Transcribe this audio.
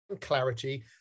clarity